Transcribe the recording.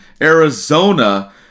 Arizona